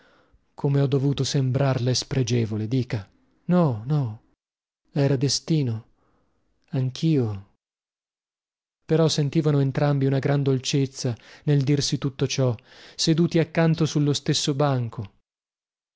come ho dovuto sembrarle spregevole dica no no era destino anchio però sentivano entrambi una gran dolcezza nel dirsi tutto ciò seduti accanto sullo stesso banco